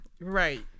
right